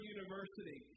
University